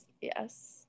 yes